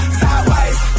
sideways